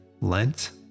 Lent